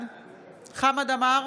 עמאר,